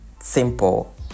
simple